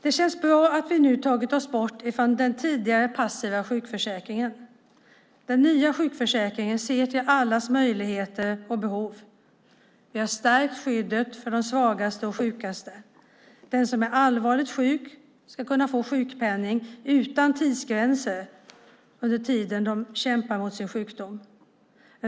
Det känns bra att vi nu tagit oss bort från den tidigare passiva sjukförsäkringen. Den nya sjukförsäkringen ser till allas möjligheter och behov. Vi har stärkt skyddet för de svagaste och sjukaste. De som är allvarligt sjuka ska kunna få sjukpenning utan tidsgränser under tiden de kämpar mot sin sjukdom.